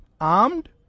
armed